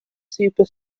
super